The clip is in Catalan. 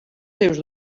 seus